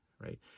right